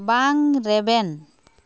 ᱵᱟᱝ ᱨᱮᱵᱮᱱ